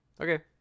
Okay